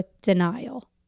denial